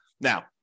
Now